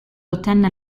ottenne